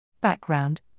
Background